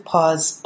Pause